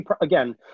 again